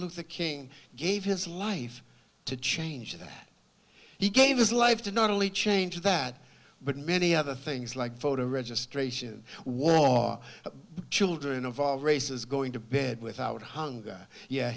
luther king gave his life to change that he gave his life to not only change that but many other things like voter registration war all children of all races going to bed without hunger yeah